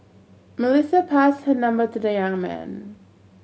Melissa passed her number to the young man